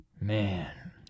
man